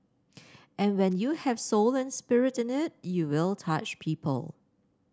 and when you have soul and spirit in it you will touch people